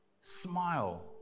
smile